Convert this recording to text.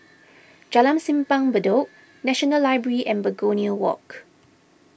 Jalan Simpang Bedok National Library and Begonia Walk